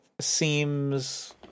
seems